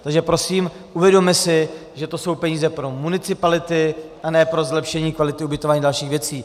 Takže prosím, uvědomme si, že to jsou peníze pro municipality, ale ne pro zlepšení kvality ubytování a dalších věcí.